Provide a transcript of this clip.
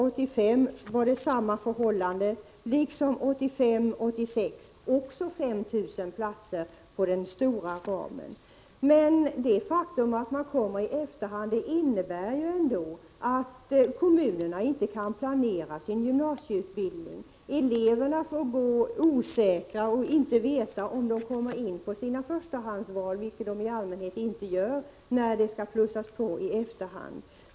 1984 86, också 5 000 platser inom den stora ramen. Men det faktum att man plussar på i efterhand innebär att kommunerna inte kan planera sin gymnasieutbildning. Eleverna får gå i osäkerhet och vet inte om de kommer in på sitt förstahandsval, vilket de i allmänhet inte gör när det plussas på i efterhand.